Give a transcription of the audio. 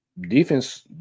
defense